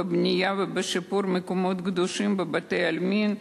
בנייה ושיפור של מקומות קדושים ובתי-עלמין,